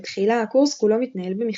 בתחילה הקורס כולו מתנהל במכתבים,